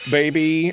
baby